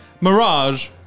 Mirage